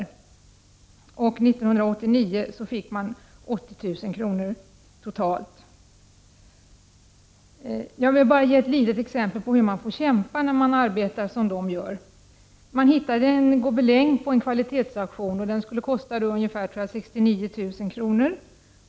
1989 fick man 80 000 kr. totalt. Jag vill ge ett litet exempel på hur man får kämpa i sitt arbete. Man hittade en gobeläng på en kvalitetsauktion. Den skulle kosta ungefär 69 000 kr.